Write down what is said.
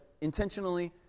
intentionally